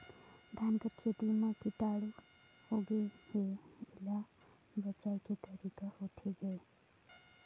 धान कर खेती म कीटाणु होगे हे एला बचाय के तरीका होथे गए?